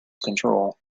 control